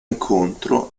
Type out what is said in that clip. incontro